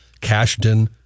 cashden